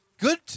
good